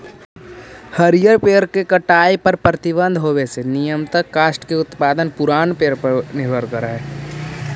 हरिअर पेड़ के कटाई पर प्रतिबन्ध होवे से नियमतः काष्ठ के उत्पादन पुरान पेड़ पर निर्भर करऽ हई